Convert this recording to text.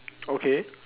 okay